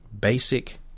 basic